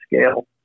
scale